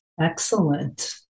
Excellent